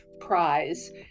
prize